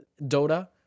Dota